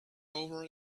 over